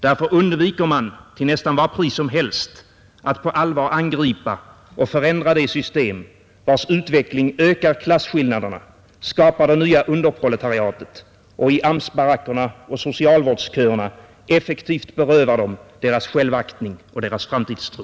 Därför undviker man till nästan vad pris som helst att på allvar angripa och förändra det system vars utveckling ökar klasskillnaderna, skapar det nya underproletariatet och i AMS-barackerna och socialvårdsköerna effektivt berövar dem deras självaktning och deras framtidstro.